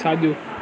साजो॒